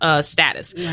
Status